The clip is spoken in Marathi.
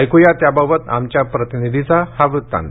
ऐकूया त्याबाबत आमच्या प्रतिनिधीचा हा वृत्तांत